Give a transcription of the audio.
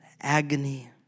agony